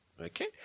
Okay